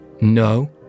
No